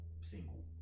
single